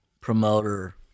promoter